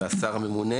והשר הממונה